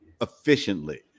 efficiently